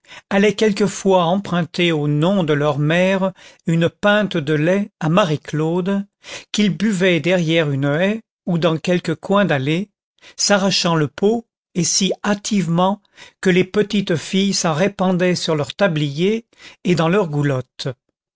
allaient quelquefois emprunter au nom de leur mère une pinte de lait à marie claude qu'ils buvaient derrière une haie ou dans quelque coin d'allée s'arrachant le pot et si hâtivement que les petites filles s'en répandaient sur leur tablier et dans leur goulotte